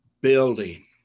building